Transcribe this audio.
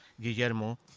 Guillermo